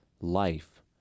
life